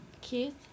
kids